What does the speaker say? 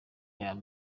yaba